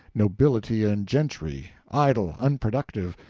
nobility and gentry, idle, unproductive,